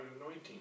anointing